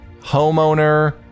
homeowner